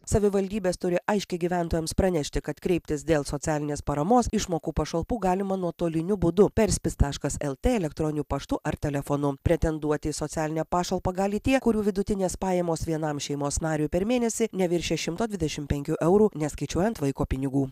savivaldybės turi aiškiai gyventojams pranešti kad kreiptis dėl socialinės paramos išmokų pašalpų galima nuotoliniu būdu per spis taškas lt elektroniniu paštu ar telefonu pretenduoti į socialinę pašalpą gali tie kurių vidutinės pajamos vienam šeimos nariui per mėnesį neviršija šimto dvidešimt penkių eurų neskaičiuojant vaiko pinigų